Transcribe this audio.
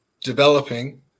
developing